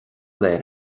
léir